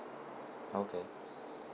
okay